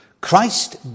Christ